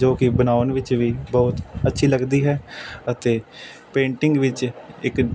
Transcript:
ਜੋ ਕਿ ਬਣਾਉਣ ਵਿੱਚ ਵੀ ਬਹੁਤ ਅੱਛੀ ਲੱਗਦੀ ਹੈ ਅਤੇ ਪੇਂਟਿੰਗ ਵਿੱਚ ਇੱਕ